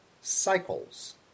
cycles